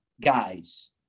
guys